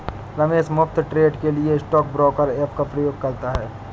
रमेश मुफ्त ट्रेड के लिए स्टॉक ब्रोकर ऐप का उपयोग करता है